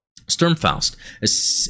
Sturmfaust